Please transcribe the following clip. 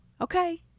okay